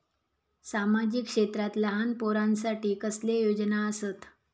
सामाजिक क्षेत्रांत लहान पोरानसाठी कसले योजना आसत?